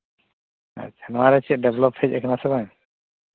ᱟᱪᱪᱷᱟ ᱱᱚᱣᱟ ᱨᱮ ᱪᱮᱫ ᱰᱮᱵᱷᱞᱚᱯ ᱦᱮᱡ ᱠᱟᱱᱟ ᱵᱟᱝ